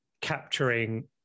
capturing